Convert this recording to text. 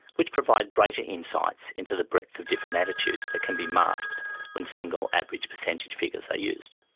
which provide greater insights into the breadth of different attitudes that can be masked when single average percentage figures are used.